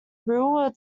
rural